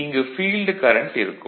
இங்கு field current இருக்கும்